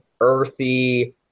earthy